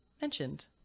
mentioned